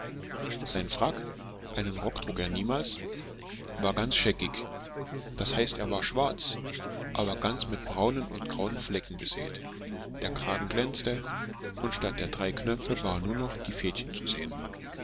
sein frack einen rock trug er niemals war ganz scheckig das heißt er war schwarz aber ganz mit braunen und grauen flecken besät der kragen glänzte und statt der drei knöpfe waren nur noch die fädchen zu sehen